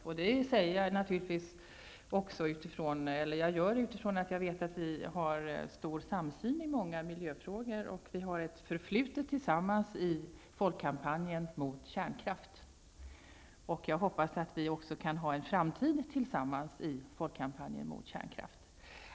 Jag säger detta med utgångspunkt i att jag vet att vi har en stor samsyn i många miljöfrågor och att vi har ett förflutet tillsammans i folkkampanjen mot kärnkraft. Jag hoppas att vi också kan ha en framtid tillsammans i folkkampanjen mot kärnkraft.